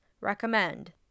recommend